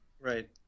Right